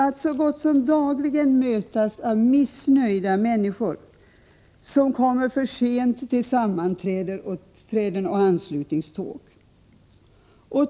Så gott som dagligen möts personalen av missnöjda människor som kommer för sent till sammanträden och anslutningståg.